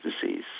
disease